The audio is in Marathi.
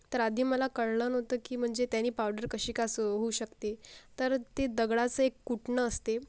तर आधी मला कळलं नव्हतं की म्हणजे त्याने पावडर कशी काय असं होऊ शकते तर ते दगडाचं एक कुटणं असते